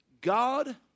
God